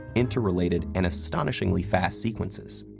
interrelated, and astonishingly fast sequences.